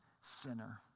sinner